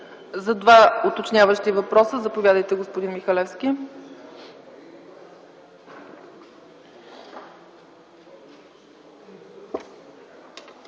За два уточняващи въпроса – заповядайте, господин Михалевски.